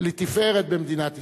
לתפארת במדינת ישראל.